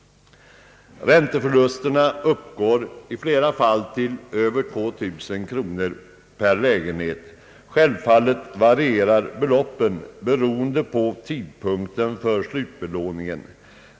Ränteförlusterna uppgår i flera fall till mer än 2000 kronor per lägenhet. Självfallet varierar beloppen beroende på tidpunkten för slutbelåningen.